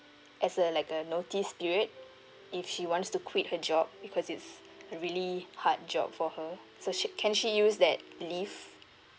as a like a notice period if she wants to quit her job because it's a really hard job for her so she can she use that leave